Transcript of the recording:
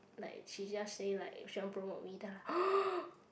like she just say like she want promote me then I'm like